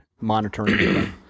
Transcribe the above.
monitoring